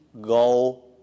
go